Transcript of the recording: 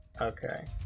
Okay